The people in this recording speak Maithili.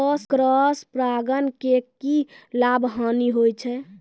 क्रॉस परागण के की लाभ, हानि होय छै?